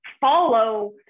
follow